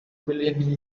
billion